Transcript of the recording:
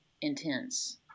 intense